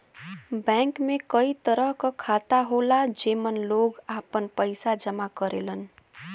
bank में कई तरह क खाता होला जेमन लोग आपन पइसा जमा करेलन